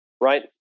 Right